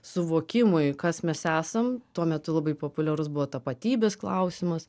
suvokimui kas mes esam tuo metu labai populiarus buvo tapatybės klausimas